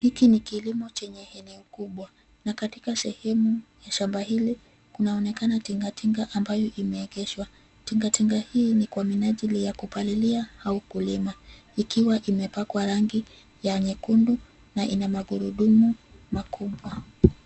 Hiki ni kilimo chenye eneo kubwa na katika sehemu ya shamba hili kunaonekana tingatinga ambayo imeegeshwa. Tingatinga hii ni kwa minajili ya kupalilia au kulima ikiwa imepakwa rangi ya nyekundu na ina magurudumu makubwa.